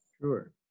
Sure